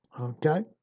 Okay